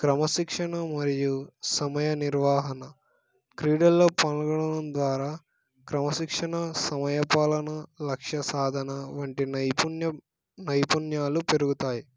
క్రమశిక్షణ మరియు సమయ నిర్వాహణ క్రీడల్లో పాల్గొడం ద్వారా క్రమశిక్షణ సమయపాలన లక్ష్య సాధన వంటి నైపుణ్యం నైపుణ్యాలు పెరుగుతాయి